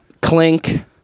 Clink